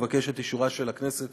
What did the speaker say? אבקש את אישורה של הכנסת